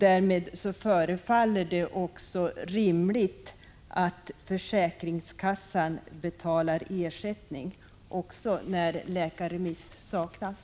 Därmed förefaller det också rimligt att försäkringskassan betalar ersättning också när läkarremiss saknas.